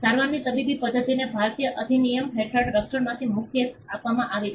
સારવારની તબીબી પદ્ધતિને ભારતીય અધિનિયમ હેઠળ રક્ષણમાંથી મુક્તિ આપવામાં આવી છે